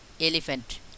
elephant